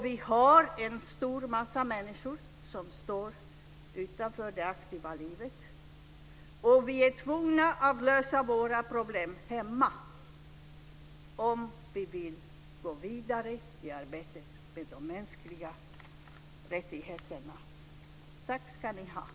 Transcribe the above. Vi har många människor som står utanför det aktiva livet. Vi är tvungna att lösa våra problem hemma om vi vill gå vidare i arbetet med de mänskliga rättigheterna. God jul!